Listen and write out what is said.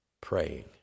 praying